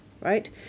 right